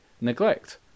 neglect